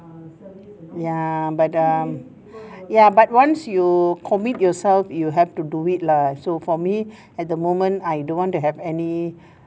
ya but um ya but once you commit yourself you have to do it lah so for me at the moment I don't want to have any